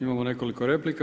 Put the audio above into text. Imamo nekoliko replika.